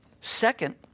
Second